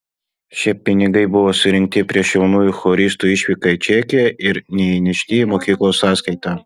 šie pinigai buvo surinkti prieš jaunųjų choristų išvyką į čekiją ir neįnešti į mokyklos sąskaitą